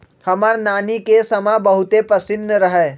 हमर नानी के समा बहुते पसिन्न रहै